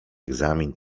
egzamin